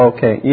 Okay